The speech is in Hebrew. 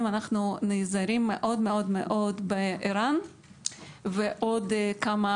אנחנו נעזרים מאוד מאוד בער"ן ובעוד כמה